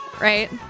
Right